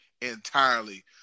entirely